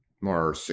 more